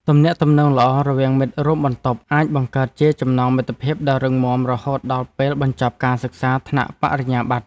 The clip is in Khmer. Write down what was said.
ទំនាក់ទំនងល្អរវាងមិត្តរួមបន្ទប់អាចបង្កើតជាចំណងមិត្តភាពដ៏រឹងមាំរហូតដល់ពេលបញ្ចប់ការសិក្សាថ្នាក់បរិញ្ញាបត្រ។